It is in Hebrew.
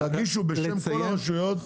תגישו בשם כל הרשויות,